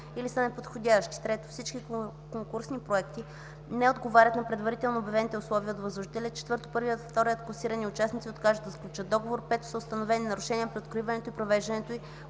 или са неподходящи; 3. всички конкурсни проекти не отговарят на предварително обявените условия от възложителя; 4. първият и вторият класирани участници откажат да сключат договор; 5. са установени нарушения при откриването и провеждането